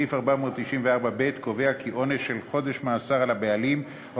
סעיף 494(ב) קובע עונש של חודש מאסר על הבעלים או